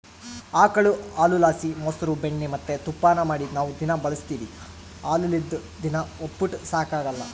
ಆಕುಳು ಹಾಲುಲಾಸಿ ಮೊಸ್ರು ಬೆಣ್ಣೆ ಮತ್ತೆ ತುಪ್ಪಾನ ಮಾಡಿ ನಾವು ದಿನಾ ಬಳುಸ್ತೀವಿ ಹಾಲಿಲ್ಲುದ್ ದಿನ ಒಪ್ಪುಟ ಸಾಗಕಲ್ಲ